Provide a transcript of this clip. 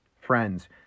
Friends